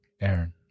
aaron